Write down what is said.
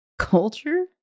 Culture